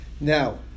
Now